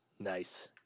Nice